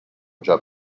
già